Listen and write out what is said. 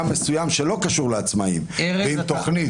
מסוים שלא קשור לעצמאיים ועם תוכנית.